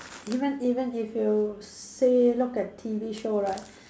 even even if you say look at T_V show right